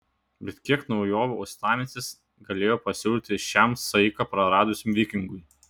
bet kiek naujovių uostamiestis galėjo pasiūlyti šiam saiką praradusiam vikingui